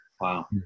wow